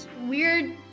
weird